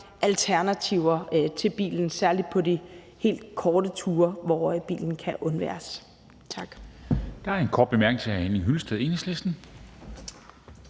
alternativer til bilen, særlig på de helt korte ture, hvor bilen kan undværes. Tak.